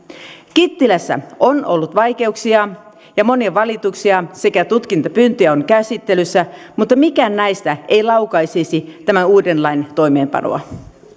kittilässä on ollut vaikeuksia ja monia valituksia sekä tutkintapyyntöjä on käsittelyssä mutta mikään näistä ei laukaisisi tämän uuden lain toimeenpanoa